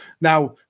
now